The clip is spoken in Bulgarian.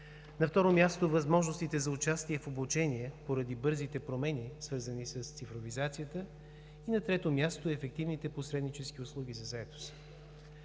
На второ място, възможностите за участие в обучение поради бързите промени, свързани с цифровизацията. На трето място, ефективните посреднически услуги за заетост.